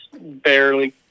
barely